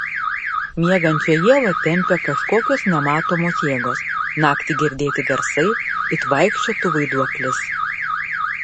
miegančią ievą tempia kažkokios nematomos jėgos naktį girdėti garsai it vaikščiotų vaiduoklis